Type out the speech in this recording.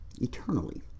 eternally